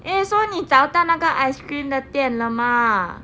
eh so 你找到那个 ice cream 的店了吗